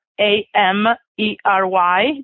A-M-E-R-Y